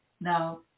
now